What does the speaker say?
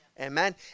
Amen